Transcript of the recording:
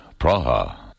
Praha